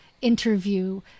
interview